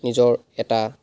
নিজৰ এটা